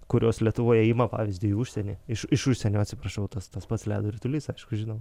kurios lietuvoje ima pavyzdį į užsienį iš iš užsienio atsiprašau tas tas pats ledo ritulys aišku žinoma